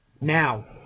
now